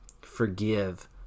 forgive